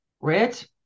rich